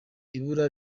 ibura